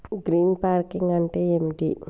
Green farming అంటే ఏమిటి?